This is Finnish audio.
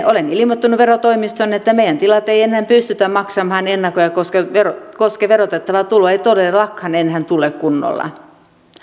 olen ilmoittanut verotoimistoon että meidän tilaltamme ei enää pystytä maksamaan veroennakoita koska verotettavaa tuloa ei todellakaan enää tule kunnolla